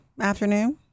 afternoon